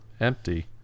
empty